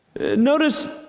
Notice